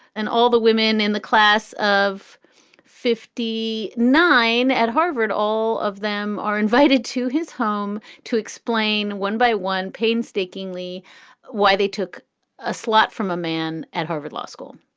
and all the women in the class of fifty nine at harvard, all of them are invited to his home to explain. one by one, painstakingly why they took a slot from a man at harvard law school.